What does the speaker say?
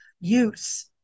use